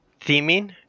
Theming